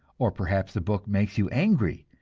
or perhaps the book makes you angry,